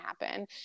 happen